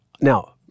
Now